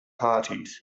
parties